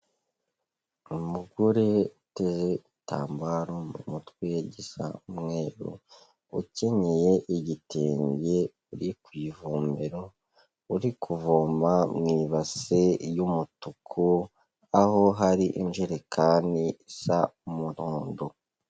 Umugore uteze igitambaro mu mutwe gisa umweru, ukenyeye igitenge uri ku ivomero, uri kuvoma mu ibase y'umutuku, aho hari injerekani isa umuhondo.